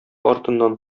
артыннан